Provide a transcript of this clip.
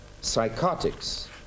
psychotics